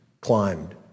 climbed